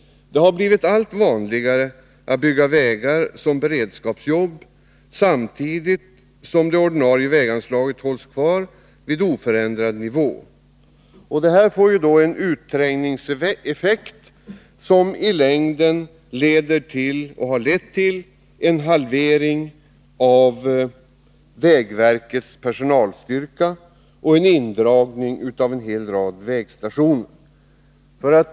Det har blivit allt vanligare att bygga vägar som beredskapsjobb, samtidigt som det ordinarie väganslaget hålls kvar vid oförändrad nivå. Vi får här en utträngningseffekt, som i längden leder till — och redan har lett till — en halvering av vägverkets personalstyrka och en indragning av en hel rad vägstationer.